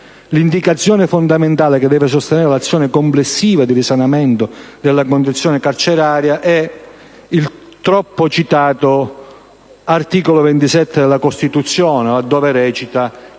L'indicazione fondamentale, che deve sostenere l'azione complessiva di risanamento della condizione carceraria in Italia, è il fin troppo citato articolo 27 della Costituzione, laddove recita